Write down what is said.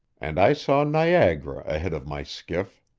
and i saw niagara ahead of my skiff.